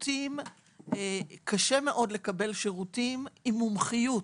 קשה מאוד לקבל שירותים עם מומחיות.